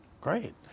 great